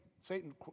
Satan